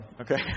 Okay